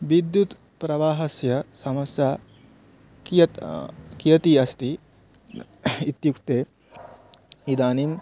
विद्युत् प्रवाहस्य समस्या कियत् कियती अस्ति इत्युक्ते इदानीम्